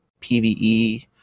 PvE